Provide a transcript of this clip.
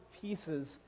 pieces